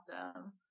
awesome